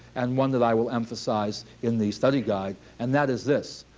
and one that i will emphasize in the study guide. and that is this.